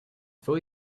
for